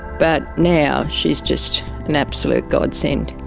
but now she is just an absolute godsend,